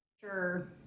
Sure